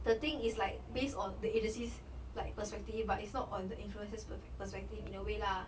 the thing is like based on the agency's like perspective but it's not on the influencers perspec~ perspective in a way lah